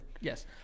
Yes